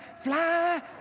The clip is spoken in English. fly